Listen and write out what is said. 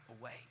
away